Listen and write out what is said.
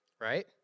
right